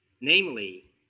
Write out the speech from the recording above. Namely